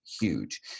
huge